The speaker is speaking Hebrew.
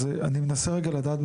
אז אני מנסה רגע לדעת,